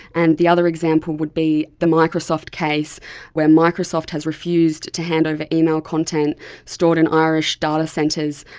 and the other example would be the microsoft case where microsoft has refused to hand over email content stored in irish datacentres,